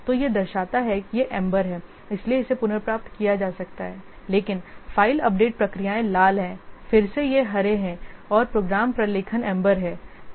तो यह दर्शाता है कि यह एम्बर है इसलिए इसे पुनर्प्राप्त किया जा सकता है लेकिन फ़ाइल अपडेट प्रक्रियाएं लाल हैं फिर से ये हरे हैं और प्रोग्राम प्रलेखन एम्बर हैं